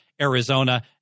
Arizona